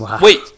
Wait